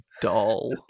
dull